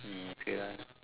hmm okay lah